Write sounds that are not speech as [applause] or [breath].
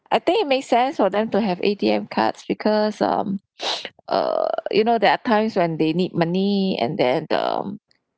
I think it make sense for them to have A_T_M cards because um [breath] err you know there are times when they need money and then um